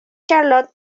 charlotte